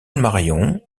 marion